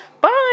bye